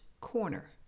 corner